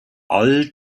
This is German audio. all